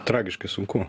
tragiškai sunku